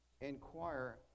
inquire